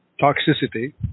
Toxicity